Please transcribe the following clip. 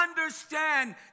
understand